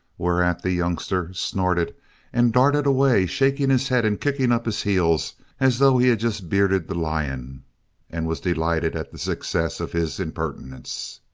whereat the youngster snorted and darted away shaking his head and kicking up his heels as though he had just bearded the lion and was delighted at the success of his impertinence.